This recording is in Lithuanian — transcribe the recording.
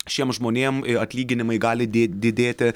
šiem žmonėm atlyginimai gali di didėti